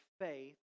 faith